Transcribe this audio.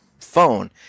phone